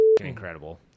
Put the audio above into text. incredible